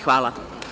Hvala.